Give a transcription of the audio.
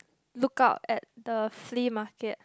look out at the flea market